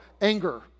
anger